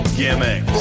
gimmicks